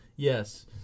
Yes